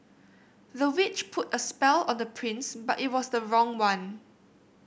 the witch put a spell on the prince but it was the wrong one